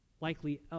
likely